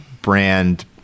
Brand